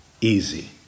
easy